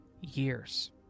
years